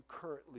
currently